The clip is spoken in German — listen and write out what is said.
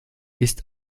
ist